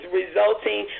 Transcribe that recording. resulting